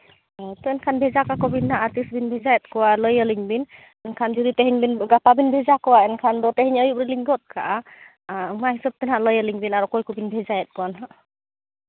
ᱦᱮᱸ ᱛᱚ ᱮᱱᱠᱷᱟᱱ ᱵᱷᱮᱡᱟ ᱠᱟᱠᱚᱵᱮᱱ ᱦᱟᱸᱜ ᱟᱨ ᱛᱤᱥ ᱵᱤᱱ ᱵᱷᱮᱡᱟᱭᱮᱜ ᱠᱚᱣᱟ ᱞᱟᱹᱭ ᱟᱹᱞᱤᱧ ᱵᱤᱱ ᱢᱮᱱᱠᱷᱟᱱ ᱡᱩᱫᱤ ᱛᱮᱦᱮᱧ ᱵᱤᱱ ᱜᱟᱯᱟ ᱵᱤᱱ ᱵᱷᱮᱡᱟ ᱠᱚᱣᱟ ᱮᱱᱠᱷᱟᱱ ᱫᱚ ᱛᱮᱦᱮᱧ ᱟᱹᱭᱩᱵ ᱨᱮᱞᱤᱧ ᱜᱚᱫ ᱠᱟᱜᱼᱟ ᱚᱱᱟ ᱦᱤᱥᱟᱹᱵ ᱛᱮ ᱦᱟᱸᱜ ᱞᱟᱹᱭ ᱟᱹᱞᱤᱧ ᱵᱤᱱ ᱟᱨ ᱚᱠᱚᱭ ᱠᱚᱵᱮᱱ ᱵᱷᱮᱡᱟᱭᱮᱫ ᱠᱚᱣᱟ ᱱᱟᱦᱟᱜ